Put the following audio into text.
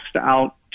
out